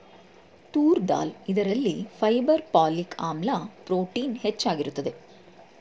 ತೂರ್ ದಾಲ್ ಇದರಲ್ಲಿ fibre, folic ಆಮ್ಲ, ಪ್ರೋಟೀನ್ ಹೆಚ್ಚಾಗಿರುತ್ತದೆ